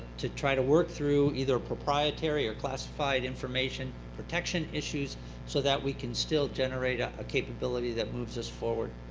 to try to work through either proprietary or classified information protection issues so that we can still generate a ah capability that moves us forward.